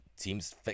teams